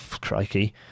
crikey